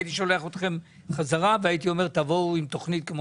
הייתי שולח אתכם חזרה והייתי אומר שתבואו עם תכנית כמו